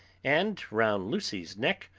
and round lucy's neck,